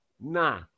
Nah